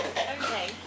Okay